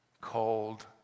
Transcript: cold